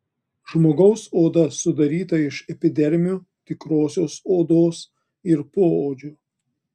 žmogaus oda sudaryta iš epidermio tikrosios odos ir poodžio